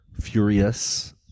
furious